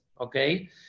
okay